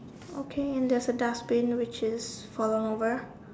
okay and there's a dustbin which is fallen over